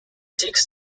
takes